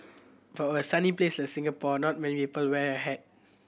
for a sunny place like Singapore not many people wear a hat